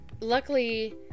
luckily